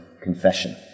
confession